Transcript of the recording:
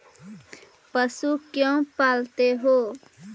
पशु क्यों पालते हैं?